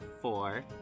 four